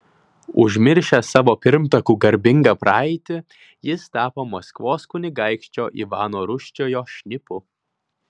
užmiršęs savo pirmtakų garbingą praeitį jis tapo maskvos kunigaikščio ivano rūsčiojo šnipu